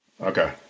Okay